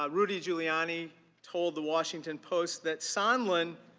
um rudy giuliani told the washington post that sondland